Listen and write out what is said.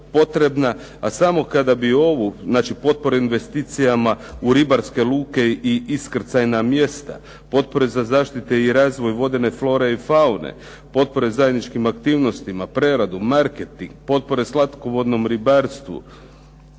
a samo kada bi ovu, znači potpore investicijama u ribarske luke i iskrcajna mjesta, potpore za zaštite i razvoj vodene flore i faune, potpore zajedničkim aktivnostima, preradu, marketing, potpore slatkovodnom ribarstvu